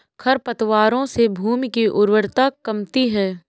खरपतवारों से भूमि की उर्वरता कमती है